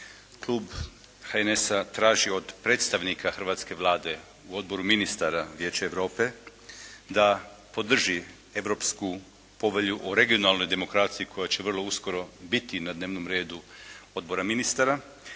Klub HNS-a traži od predstavnika hrvatske Vlade, Odbor ministara Vijeća Europe da podrži Europu povelju o regionalnoj demokraciji koja će vrlo uskoro biti na dnevnom redu Odbora ministara